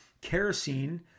kerosene